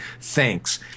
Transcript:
thanks